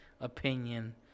opinion